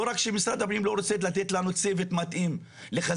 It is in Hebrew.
לא רק שמשרד הפנים לא רוצה לתת לנו צוות מתאים לחזק